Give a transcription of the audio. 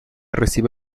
recibe